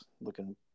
looking